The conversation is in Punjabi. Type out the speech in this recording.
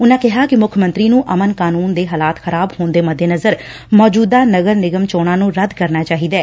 ਉਨ੍ਹਾ ਕਿਹਾ ਕਿ ਮੁੱਖ ਮੰਤਰੀ ਨੂੰ ਅਮਨ ਕਾਨੂੰਨ ਦੇ ਹਾਲਾਤ ਖ਼ਰਾਬ ਹੋਣ ਦੇ ਮੱਦੇਨਜ਼ਰ ਮੌਜੂਦਾ ਨਗਰ ਨਿਗਮ ਚੋਣਾ ਨੂੰ ਰੱਦ ਕਰਨਾ ਚਾਹੀਦੈ